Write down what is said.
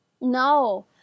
No